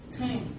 Ten